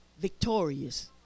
victorious